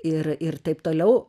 ir ir taip toliau